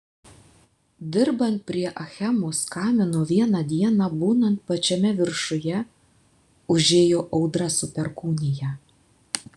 dirbant prie achemos kamino vieną dieną būnant pačiame viršuje užėjo audra su perkūnija